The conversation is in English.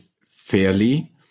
fairly